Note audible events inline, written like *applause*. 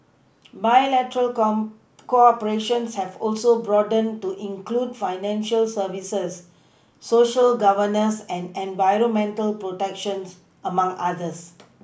bilateral *unintelligible* cooperation have also broadened to include financial services Social governance and environmental protections among others